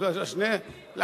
לא תמימים,